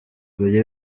buri